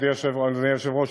אדוני היושב-ראש,